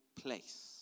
place